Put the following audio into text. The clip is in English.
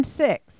six